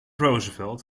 roosevelt